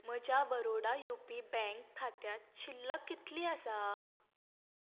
म्हज्या Baroda U P bank खात्यांत शिल्लक कितली आसा